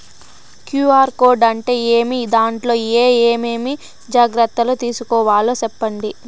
QR code అంటే ఏమి? దాంట్లో ఏ ఏమేమి జాగ్రత్తలు తీసుకోవాలో సెప్పండి?